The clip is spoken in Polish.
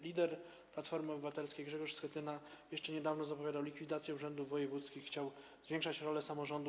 Lider Platformy Obywatelskiej Grzegorz Schetyna jeszcze niedawno zapowiadał likwidację urzędów wojewódzkich, chciał zwiększać rolę samorządów.